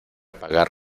pagar